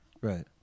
Right